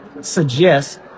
suggest